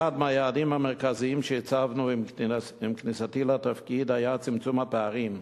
אחד מהיעדים המרכזיים שהצבנו עם כניסתי לתפקיד היה צמצום הפערים,